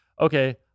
Okay